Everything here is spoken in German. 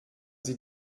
sie